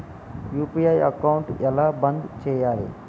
UPI account ఎలా బంద్ చేయాలి?